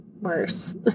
worse